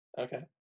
okay